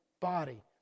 body